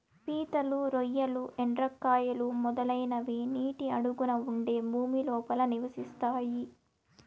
పీతలు, రొయ్యలు, ఎండ్రకాయలు, మొదలైనవి నీటి అడుగున ఉండే భూమి లోపల నివసిస్తాయి